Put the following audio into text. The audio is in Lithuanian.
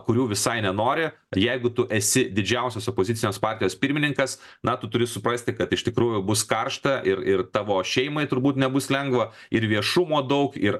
kurių visai nenori jeigu tu esi didžiausios opozicinės partijos pirmininkas na tu turi suprasti kad iš tikrųjų bus karšta ir ir tavo šeimai turbūt nebus lengva ir viešumo daug ir